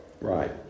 Right